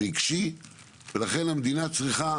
רגשי ולכן המדינה צריכה